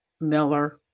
Miller